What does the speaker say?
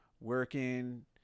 working